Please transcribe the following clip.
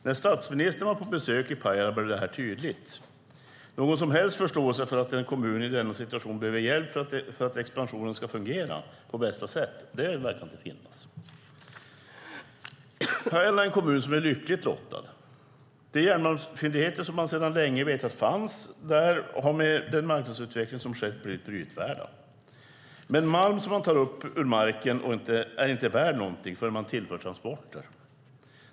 När statsministern var på besök i Pajala blev det här tydligt. Någon som helst förståelse för att en kommun i denna situation behöver hjälp för att expansionen ska fungera på bästa sätt verkar inte finnas. Pajala är en kommun som är lyckligt lottad. De järnmalmsfyndigheter som man sedan länge vetat finns där har med den marknadsutveckling som skett blivit brytvärda. Men malm som man tar upp ur marken är inte värd någonting förrän man tillför transporter.